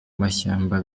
amashyamba